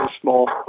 small